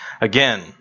again